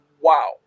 Wow